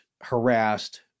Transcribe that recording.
harassed